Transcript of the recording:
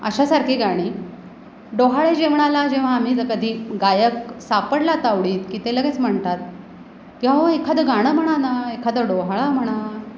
अशासारखी गाणी डोहाळे जेवणाला जेव्हा आम्ही कधी गायक सापडला तावडीत की ते लगेच म्हणतात की अहो एखादं गाणं म्हणा ना एखादं डोहाळं म्हणा